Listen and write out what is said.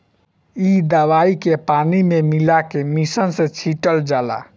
इ दवाई के पानी में मिला के मिशन से छिटल जाला